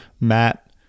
Matt